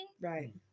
right